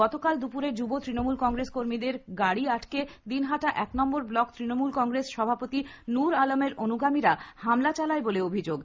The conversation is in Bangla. গতকাল দুপুরে যুব তৃণমূল কংগ্রেস কর্মীদের গাড়ি আটকে দিনহাটা একনশ্বর ব্লক তৃণমূল কংগ্রেস সভাপতি নুর আলমের অনুগামীরা হামলা চালায় বলে অভিযোগ